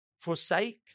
Forsake